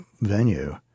venue